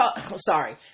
sorry